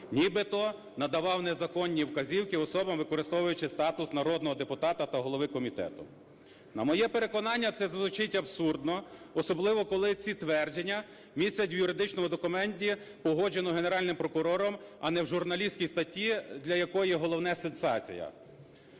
нібито надавав незаконні вказівки особам, використовуючи статус народного депутата та голови комітету. На моє переконання, це звучить абсурдно, особливо, коли ці твердження містять в юридичному документі, погодженого Генеральним прокурором, а не в журналістській статті, для якої головне – сенсація.